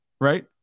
right